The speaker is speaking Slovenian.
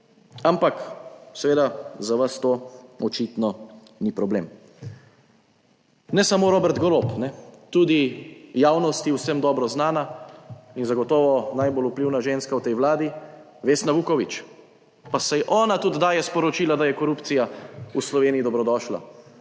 Ampak, seveda, za vas to očitno ni problem. Ne samo Robert Golob, tudi javnosti vsem dobro znana in zagotovo najbolj vplivna ženska v tej vladi, Vesna Vuković. Pa saj ona tudi daje sporočila, da je korupcija v Sloveniji dobrodošla,